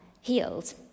healed